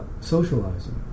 socializing